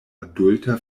adulta